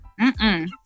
Mm-mm